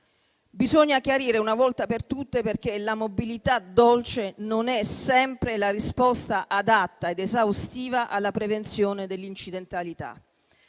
bisogna chiarire una volta per tutte che la mobilità dolce non è sempre la risposta adatta ed esaustiva alla prevenzione dell'incidentalità.